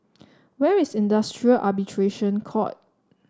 where is Industrial Arbitration Court